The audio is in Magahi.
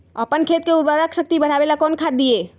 अपन खेत के उर्वरक शक्ति बढावेला कौन खाद दीये?